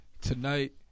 tonight